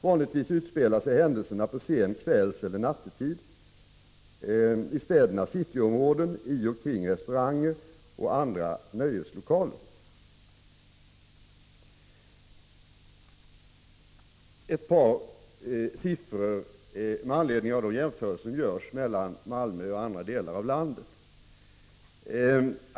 Vanligtvis utspelar sig händelserna på sen kvällseller nattetid i städernas cityområden, i och kring restauranger och andra nöjeslokaler. Jag kan nämna ett par siffror med anledning av de jämförelser som görs mellan Malmö och andra delar av landet.